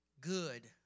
good